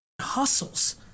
hustles